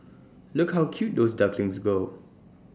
look how cute those ducklings go